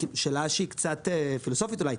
שאלה שהיא קצת פילוסופית אולי.